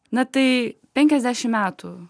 na tai penkiasdešim metų